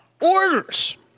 orders